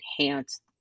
enhance